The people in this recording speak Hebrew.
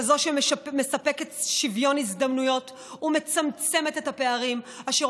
כזאת שמספקת שוויון הזדמנויות ומצמצמת את הפערים אשר